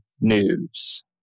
news